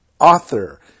Author